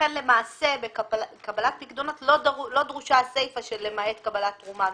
לכן למעשה בקבלת פיקדונות לא דרושה הסיפה של למעט קבלת תרומה מזכה.